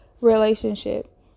relationship